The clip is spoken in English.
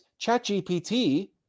ChatGPT